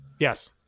Yes